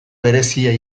berezia